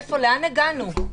לאן הגענו?